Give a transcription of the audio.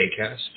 Acast